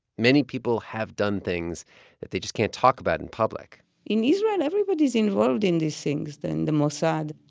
many people have done things that they just can't talk about in public in israel, everybody's involved in these things than the mossad.